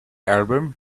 album